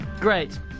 Great